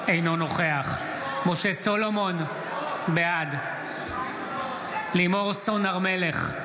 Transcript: אינו נוכח משה סולומון, בעד לימור סון הר מלך,